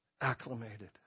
acclimated